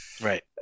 Right